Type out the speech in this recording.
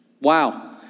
wow